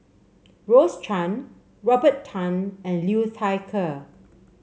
Rose Chan Robert Tan and Liu Thai Ker